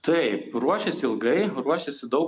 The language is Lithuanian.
taip ruošėsi ilgai ruošėsi daug